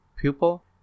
pupil